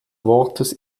wortes